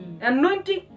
Anointing